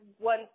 one